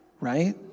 right